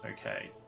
okay